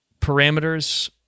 parameters